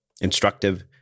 instructive